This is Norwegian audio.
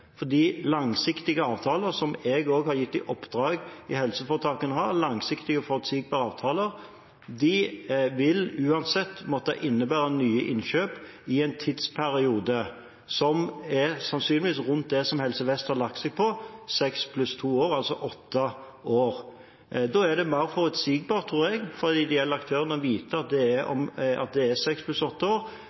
langsiktige avtaler, som jeg også har gitt i oppdrag til helseforetakene å ha – langsiktige og forutsigbare avtaler – vil uansett måtte innebære nye innkjøp i løpet av en tidsperiode som sannsynligvis er rundt det som Helse Vest har lagt seg på, dvs. seks pluss to år, altså åtte år. Da er det mer forutsigbart for de ideelle aktørene, tror jeg, å vite at det er